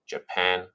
Japan